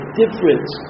difference